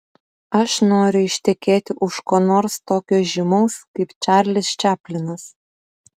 aš noriu ištekėti už ko nors tokio žymaus kaip čarlis čaplinas